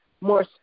more